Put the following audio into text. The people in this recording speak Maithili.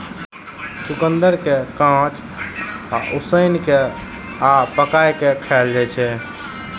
चुकंदर कें कांच, उसिन कें आ पकाय कें खाएल जाइ छै